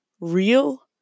Real